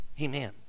amen